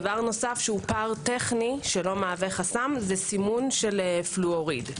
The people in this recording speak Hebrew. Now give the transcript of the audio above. דבר נוסף שהוא פער טכני שלא מהווה חסם סימון של פלואוריד.